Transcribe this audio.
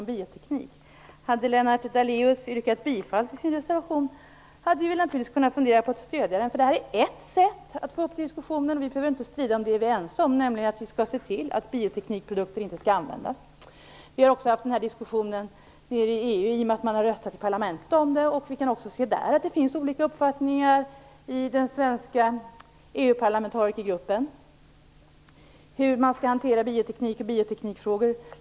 Om Lennart Daléus hade yrkat bifall till sin reservation hade vi naturligtvis kunnat fundera på att stödja den. Det här är ett sätt att få i gång diskussionen. Vi behöver inte strida om det vi är ense om, nämligen att vi skall se till att bioteknikprodukter inte används. Den här diskussionen har också förts i EU, när man har röstat om det i parlamentet. Vi kan också där se att det i den svenska EU-parlamentarikergruppen finns olika uppfattningar om hur man skall hantera bioteknik och bioteknikfrågor.